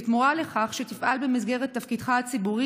בתמורה לכך שתפעל במסגרת תפקידך הציבורי